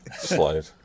slide